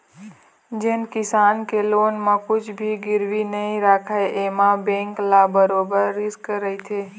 जेन किसम के लोन म कुछ भी गिरवी नइ राखय एमा बेंक ल बरोबर रिस्क रहिथे